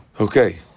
Okay